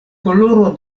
koloro